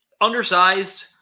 Undersized